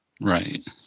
Right